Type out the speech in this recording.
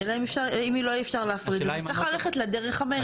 אם אי אפשר להפריד, אז צריך ללכת לדרך המלך.